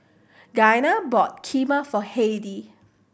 Giana bought Kheema for Heidy